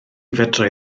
fedrai